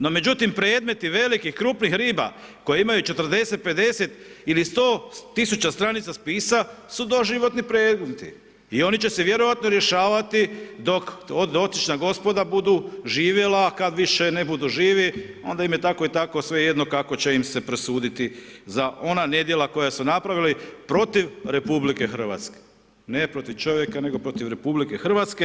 No međutim predmeti velikih, krupnih riba koji imaju 40, 50 ili 100 000 stranica spisa su doživotno predmeti i oni će se vjerojatno rješavati dok dotična gospoda budu živjela, kad više ne budu živi onda im je tako i tako svejedno kako će im se presuditi za ona nedjela koja su napravili protiv RH, ne protiv čovjeka, nego protiv RH.